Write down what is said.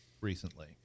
recently